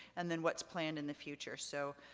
and then, what's planned in the future? so,